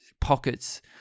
pockets